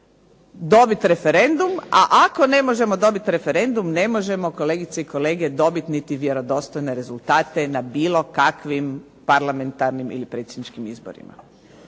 dobiti referendum, a ako ne možemo dobiti referendum, ne možemo kolegice i kolege dobiti niti vjerodostojne rezultate na bilo kakvim parlamentarnim ili predsjedničkim izborima.